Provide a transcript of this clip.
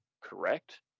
correct